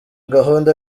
gahunda